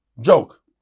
Joke